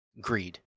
greed